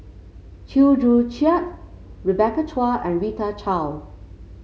Chew Joo Chiat Rebecca Chua and Rita Chao